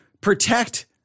protect